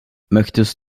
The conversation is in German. möchtest